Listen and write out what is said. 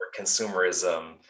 consumerism